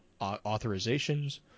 authorizations